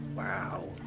Wow